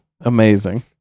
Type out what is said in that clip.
Amazing